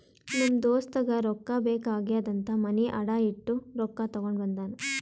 ನಮ್ ದೋಸ್ತಗ ರೊಕ್ಕಾ ಬೇಕ್ ಆಗ್ಯಾದ್ ಅಂತ್ ಮನಿ ಅಡಾ ಇಟ್ಟು ರೊಕ್ಕಾ ತಗೊಂಡ ಬಂದಾನ್